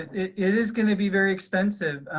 is gonna be very expensive.